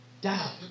down